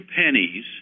pennies